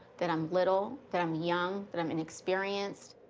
that i'm little, that i'm young, that i'm inexperienced.